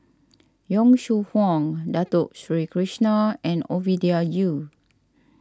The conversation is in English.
Yong Shu Hoong Dato Sri Krishna and Ovidia Yu